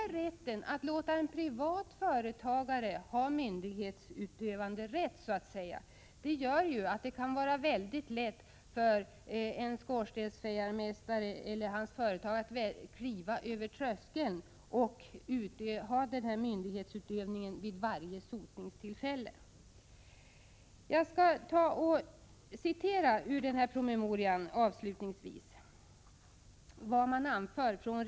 Rätten till myndighetsutövning för en privat företagare gör att det kan vara mycket lätt för en skorstensfejarmästare eller hans företag att kliva över tröskeln, och att då varje sotningstillfälle kan innebära myndighetsutövning. Jag skulle vilja hänvisa till riksrevisionsverkets promemoria.